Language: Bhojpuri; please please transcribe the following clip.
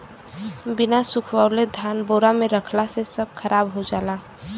बिना सुखवले धान बोरा में रखला से सब खराब हो जाला